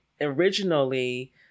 originally